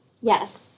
Yes